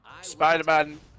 Spider-Man